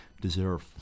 deserve